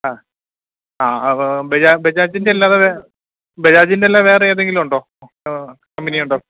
അ ആ ബജാജിൻ്റെ അല്ലാതെ ബജാജിൻ്റെ അല്ലാതെ വേറെ ഏതെങ്കിലുമുണ്ടോ കമ്പനിയുണ്ടോ